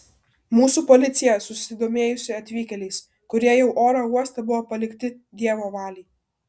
mūsų policija susidomėjusi atvykėliais kurie jau oro uoste buvo palikti dievo valiai